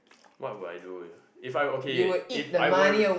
what would I do ah if I okay if I were